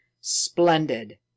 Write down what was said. splendid